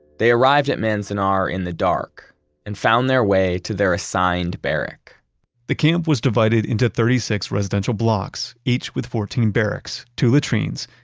they arrived at manzanar in the dark and found their way to their assigned barrack the camp was divided into thirty six residential blocks, each with fourteen barracks, two latrines,